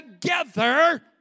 together